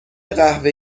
قهوه